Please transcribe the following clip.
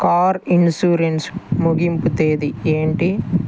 car insurance ముగింపు తేదీ ఏంటి